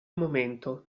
momento